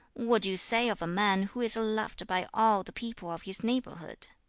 what do you say of a man who is loved by all the people of his neighborhood